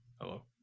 Hello